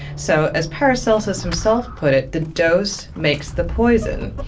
so as paracelsus himself put it, the dose makes the poison.